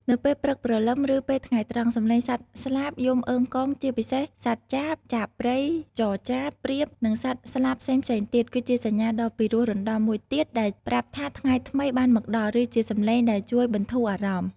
នៅពេលព្រឹកព្រលឹម ឬពេលថ្ងៃត្រង់ សំឡេងសត្វស្លាបយំអឺងកង ជាពិសេសសត្វចាប ចាបព្រៃ ចចាប ព្រាប និងសត្វស្លាបផ្សេងៗទៀត គឺជាសញ្ញាដ៏ពិរោះរណ្ដំមួយទៀតដែលប្រាប់ថាថ្ងៃថ្មីបានមកដល់ ឬជាសំឡេងដែលជួយបន្ធូរអារម្មណ៍។